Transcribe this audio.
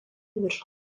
virš